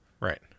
Right